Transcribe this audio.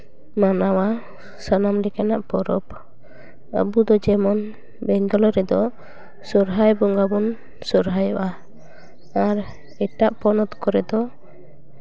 ᱢᱟᱱᱟᱣᱟ ᱥᱟᱱᱟᱢ ᱞᱮᱠᱟᱱᱟᱜ ᱯᱚᱨᱚᱵᱽ ᱟᱵᱚᱫᱚ ᱡᱮᱢᱚᱱ ᱵᱮᱝᱜᱚᱞ ᱨᱮᱫᱚ ᱥᱚᱦᱚᱨᱟᱭ ᱵᱚᱸᱜᱟ ᱵᱚᱱ ᱥᱚᱦᱚᱨᱟᱭᱚᱜᱼᱟ ᱟᱨ ᱮᱴᱟᱜ ᱯᱚᱱᱚᱛ ᱠᱚᱨᱮᱫᱚ